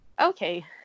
Okay